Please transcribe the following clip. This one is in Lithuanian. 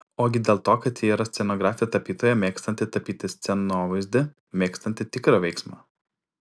ogi dėl to kad ji yra scenografė tapytoja mėgstanti tapyti scenovaizdį mėgstanti tikrą veiksmą